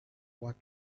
what